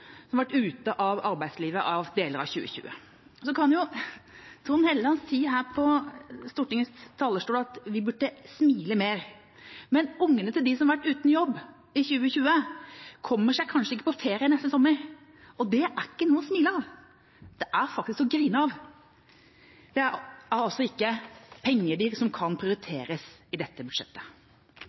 som har vært ute av arbeidslivet i deler av 2020. Så kan jo Trond Helleland si her på Stortingets talerstol at vi burde smile mer. Men ungene til dem som har vært uten jobb i 2020, kommer seg kanskje ikke på ferie neste sommer. Det er ikke noe å smile av. Det er faktisk til å grine av. Det er altså ikke penger som kan prioriteres i dette budsjettet.